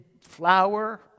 flour